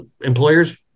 Employers